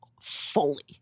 fully